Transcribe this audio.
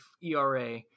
era